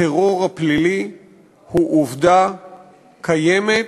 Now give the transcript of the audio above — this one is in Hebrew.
הטרור הפלילי הוא עובדה קיימת,